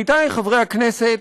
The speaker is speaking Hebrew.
עמיתי חברי הכנסת,